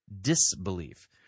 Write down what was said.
disbelief